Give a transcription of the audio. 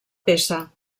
peça